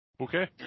Okay